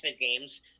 games